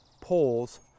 poles